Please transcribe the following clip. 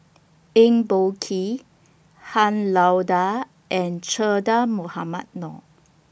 Eng Boh Kee Han Lao DA and Che Dah Mohamed Noor